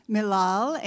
Milal